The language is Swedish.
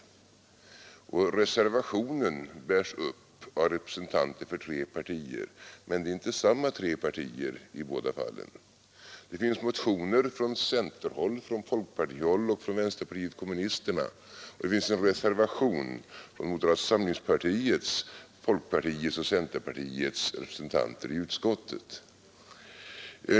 Även reservationen bärs upp av representanter för tre partier. Men det är inte samma tre partier i båda fallen. Det finns motioner från centerpartihåll, från folkpartihåll och från vänsterpartiet kommunisterna. Sedan finns det en reservation från representanter för moderata samlingspartiet, folkpartiet och centerpartiet i utskottet.